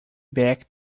back